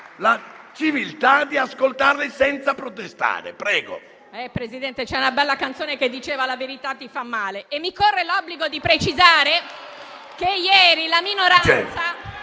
la civiltà di ascoltarla senza protestare. Prego,